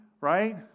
right